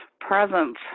presence